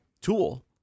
tool